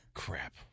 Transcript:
Crap